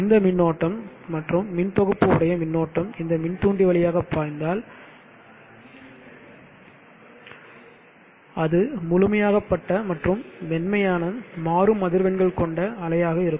இந்த மின்னோட்டம் மற்றும் மின் தொகுப்பு உடைய மின்னோட்டம் இந்த மின் துண்டி வழியாக பாய்ந்தால் அது முழுமையாக பட்ட மற்றும் மென்மையான மாறும் அதிர்வெண்கள் கொண்ட அலையாக இருக்கும்